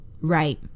right